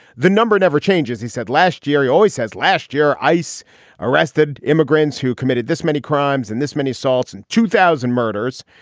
the number never changes. he said last year, he always says last year, ice arrested immigrants who committed this many crimes and this many assaults and two thousand murders.